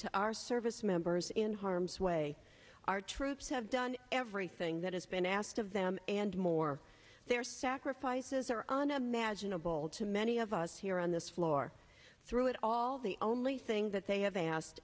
to our servicemembers in harm's way our troops have done everything that has been asked of them and more their sacrifices are unimaginable to many of us here on this floor through it all the only thing that they have asked